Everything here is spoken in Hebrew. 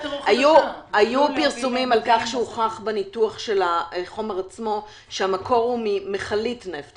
היו פרסומים על כך שהוכח בניתוח של החומר עצמו שהמקור הוא ממכלית נפט.